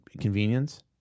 convenience